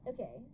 Okay